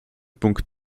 punkt